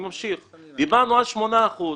אני ממשיך, דיברנו על עד שמונה מטר.